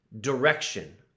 direction